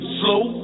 slow